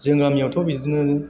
जों गामियावथ' बिदिनो